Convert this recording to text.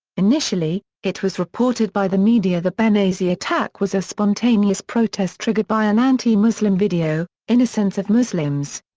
initially, it was reported by the media the benghazi attack was a spontaneous protest triggered by an anti-muslim video, innocence of muslims.